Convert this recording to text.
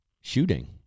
shooting